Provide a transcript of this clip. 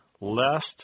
lest